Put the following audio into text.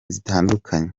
zitandukanye